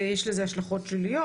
יש לזה השלכות שליליות,